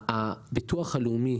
הביטוח הלאומי